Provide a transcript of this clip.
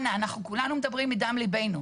אנא, אנחנו כולנו מדברים מדם ליבנו.